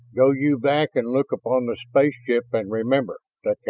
go you back and look upon the spaceship and remember,